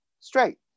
Straight